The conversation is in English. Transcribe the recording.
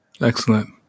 Excellent